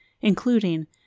including